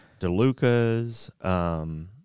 Delucas